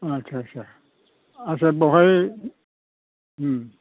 आच्चा आच्चा आच्चा बेवहाय